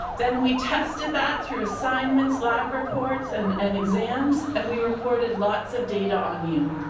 then we tested that through assignments, lab reports and and exams, and we recorded lots of data on you.